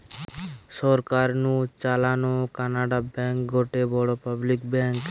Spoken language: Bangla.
সরকার নু চালানো কানাড়া ব্যাঙ্ক গটে বড় পাবলিক ব্যাঙ্ক